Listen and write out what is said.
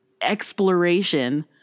exploration